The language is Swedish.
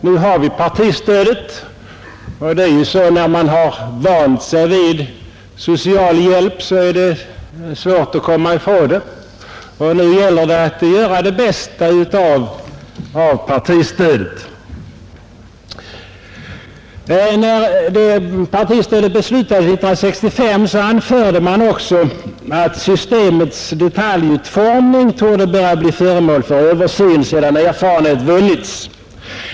Nu har vi partistödet och det är ju så att när man har vant sig vid social hjälp en tid så är det svårt att undvara den. Vi får nu göra det bästa av partistödet. När partistödet beslutades 1965 anförde utskottet också att systemets detaljutformning borde bli föremål för översyn sedan erfarenhet vunnits.